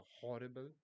horrible